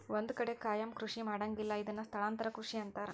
ಒಂದ ಕಡೆ ಕಾಯಮ ಕೃಷಿ ಮಾಡಂಗಿಲ್ಲಾ ಇದನ್ನ ಸ್ಥಳಾಂತರ ಕೃಷಿ ಅಂತಾರ